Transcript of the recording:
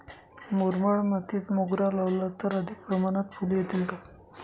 मुरमाड मातीत मोगरा लावला तर अधिक प्रमाणात फूले येतील का?